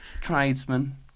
Tradesman